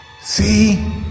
See